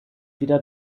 wieder